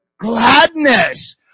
Gladness